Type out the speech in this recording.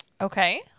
Okay